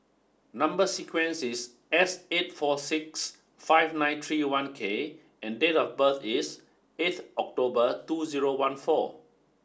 number sequence is S eight four six five nine three one K and date of birth is eighth October two zero one four